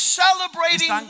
celebrating